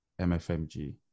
MFMG